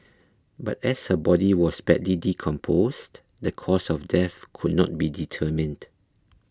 but as her body was badly decomposed the cause of death could not be determined